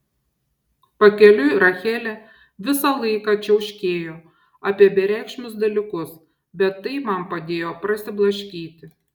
pakeliui rachelė visą laiką čiauškėjo apie bereikšmius dalykus bet tai man padėjo prasiblaškyti